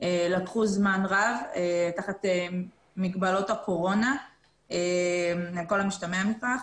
לקחו זמן רב תחת מגבלות הקורונה על כל המשתמע מכך.